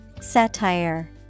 Satire